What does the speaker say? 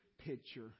picture